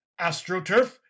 AstroTurf